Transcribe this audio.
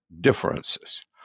differences